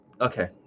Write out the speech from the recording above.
Okay